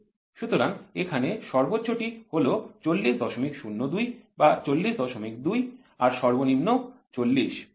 সুতরাং এখানে সর্বোচ্চটি হল ৪০০২ বা ৪০২ আর সর্বনিম্ন ৪০ হয়